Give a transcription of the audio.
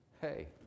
hey